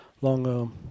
long